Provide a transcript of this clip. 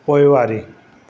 पोइवारी